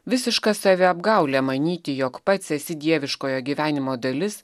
visiška saviapgaulė manyti jog pats esi dieviškojo gyvenimo dalis